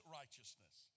righteousness